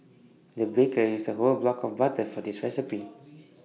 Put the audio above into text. the baker used A whole block of butter for this recipe